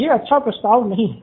यह अच्छा प्रस्ताव नहीं हैं